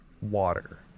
water